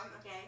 okay